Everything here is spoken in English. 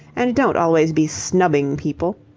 and don't always be snubbing people.